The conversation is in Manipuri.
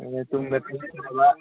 ꯇꯨꯡꯗ